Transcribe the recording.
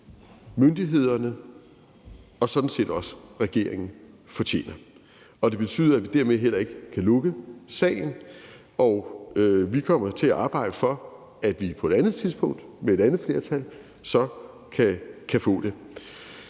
myndighederne og sådan set også regeringen fortjener. Det betyder, at vi dermed heller ikke kan lukke sagen. Og vi kommer til at arbejde for, at vi på et andet tidspunkt med et andet flertal så kan få det.